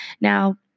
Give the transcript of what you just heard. Now